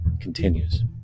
continues